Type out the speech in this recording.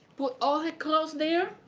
put all her clothes there.